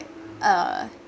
err